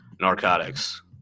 narcotics